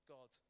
God